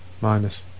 minus